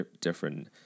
different